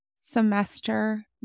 semester